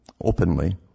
openly